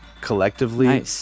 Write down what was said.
collectively